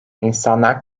i̇nsanlar